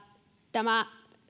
tämä